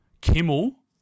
Kimmel